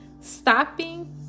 Stopping